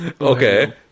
Okay